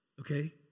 Okay